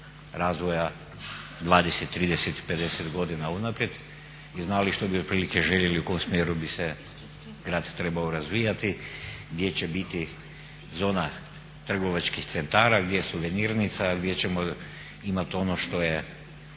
razvoja 20, 30, 50 godina unaprijed i znali što bi otprilike željeli, u kom smjeru bi se grad trebao razvijati, gdje će biti zona trgovačkih centara, gdje suvenirnica, gdje ćemo imat ono što je,